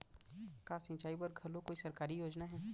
का सिंचाई बर घलो कोई सरकारी योजना हे?